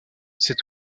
cet